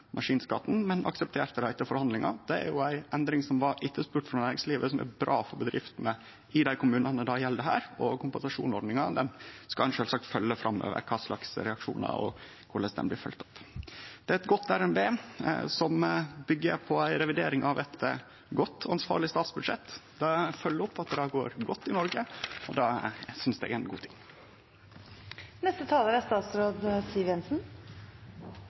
maskinskatten, men aksepterte etter forhandlinga at det er ei endring som var etterspurd av næringslivet og er bra for bedriftene i dei kommunane det gjeld. Kompensasjonsordninga skal ein sjølvsagt følgje framover, kva slags reaksjonar som kjem og korleis ho blir følgd opp. Det er eit godt RNB som byggjer på revidering av eit godt og ansvarleg statsbudsjett, og følgjer opp at det går godt i Noreg. Det synest eg er ein god ting. Regjeringens hovedformål i skattepolitikken er